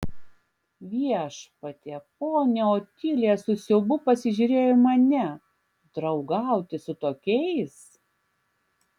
viešpatie ponia otilija su siaubu pasižiūrėjo į mane draugauti su tokiais